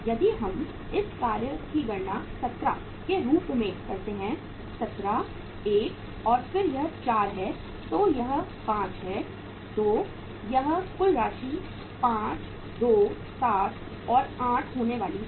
यदि हम इस कार्य की गणना 17 के रूप में करते हैं 17 1 और फिर यह 4 है तो यह 5 है 2 यह कुल राशि 5 2 7 और 8 होने वाली है